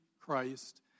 Christ